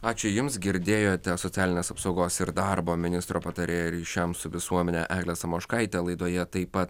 ačiū jums girdėjote socialinės apsaugos ir darbo ministro patarėją ryšiams su visuomene eglę samoškaitę laidoje taip pat